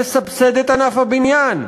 נסבסד את ענף הבניין.